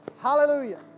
Hallelujah